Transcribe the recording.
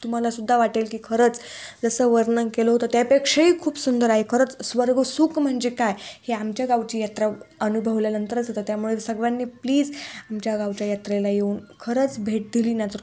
तुम्हाला सुुद्धा वाटेल की खरंच जसं वर्णन केलं होतं त्यापेक्षाही खूप सुंदर आहे खरंच स्वर्ग सुख म्हणजे काय हे आमच्या गावची यात्रा अनुभवल्या नंतरच होतं त्यामुळे सर्वांनी प्लीज आमच्या गावच्या यात्रेला येऊन खरंच भेट दिली ना तर